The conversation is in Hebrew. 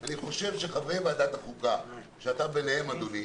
אני חושב שחברי ועדת חוקה שאתה ביניהם, אדוני